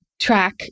track